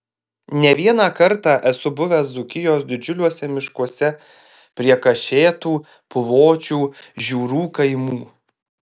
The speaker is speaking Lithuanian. ne vieną kartą esu buvęs dzūkijos didžiuliuose miškuose prie kašėtų puvočių žiūrų kaimų